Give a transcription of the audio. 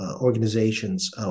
organizations